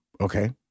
Okay